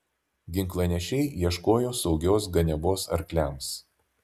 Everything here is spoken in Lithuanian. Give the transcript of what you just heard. ginklanešiai ieškojo saugios ganiavos arkliams